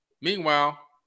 meanwhile